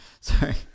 Sorry